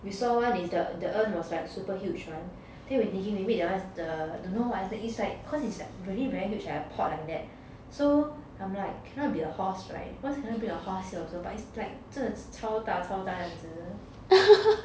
we saw one is the the urn was like super huge [one] then we were thinking maybe that one is the don't know what is that it's like cause it's really very huge leh like a pot like that so I'm like cannot be a horse [right] cause cannot bring your horse here also but it's like 真的超大超大这样子